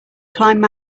climb